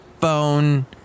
phone